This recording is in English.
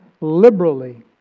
liberally